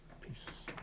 Peace